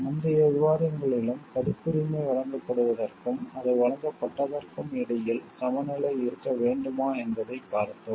முந்தைய விவாதங்களிலும் பதிப்புரிமை வழங்கப்படுவதற்கும் அது வழங்கப்பட்டதற்கும் இடையில் சமநிலை இருக்க வேண்டுமா என்பதைப் பார்த்தோம்